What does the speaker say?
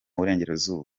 burengerazuba